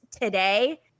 today